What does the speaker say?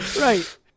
right